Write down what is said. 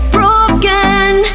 Broken